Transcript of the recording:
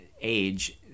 age